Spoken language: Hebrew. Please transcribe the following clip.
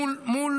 מול